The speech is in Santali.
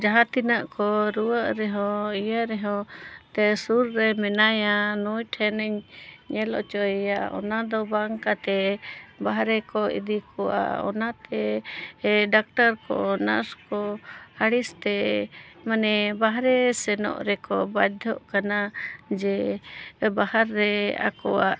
ᱡᱟᱦᱟᱸ ᱛᱤᱱᱟᱹᱜ ᱠᱚ ᱨᱩᱣᱟᱹᱜ ᱨᱮᱦᱚᱸ ᱤᱭᱟᱹ ᱨᱮᱦᱚᱸ ᱛᱮ ᱥᱩᱨ ᱨᱮ ᱢᱮᱱᱟᱭᱟ ᱱᱩᱭ ᱴᱷᱤᱱᱤᱧ ᱧᱮᱞ ᱦᱚᱪᱚᱭᱮᱭᱟ ᱚᱱᱟ ᱫᱚ ᱵᱟᱝ ᱠᱟᱛᱮᱫ ᱵᱟᱦᱨᱮ ᱠᱚ ᱤᱫᱤ ᱠᱚᱣᱟ ᱚᱱᱟᱛᱮ ᱰᱟᱠᱴᱟᱨ ᱠᱚ ᱱᱟᱨᱥ ᱠᱚ ᱟᱹᱲᱤᱥᱛᱮ ᱢᱟᱱᱮ ᱵᱟᱦᱨᱮ ᱥᱮᱱᱚᱜ ᱨᱮᱠᱚ ᱵᱟᱫᱽᱫᱷᱚᱜ ᱠᱟᱱᱟ ᱡᱮ ᱵᱟᱦᱟᱨ ᱨᱮ ᱟᱠᱚᱣᱟᱜ